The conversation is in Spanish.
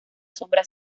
sombra